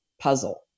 puzzle